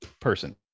person